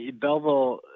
Belleville